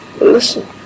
listen